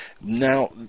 Now